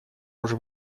уже